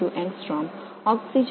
46 angstrom அதுவும் மிகச் சிறந்தது